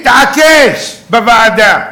התעקש בוועדה: